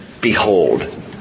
behold